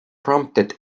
prompted